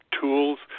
tools